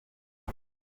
ngo